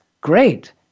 great